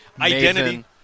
identity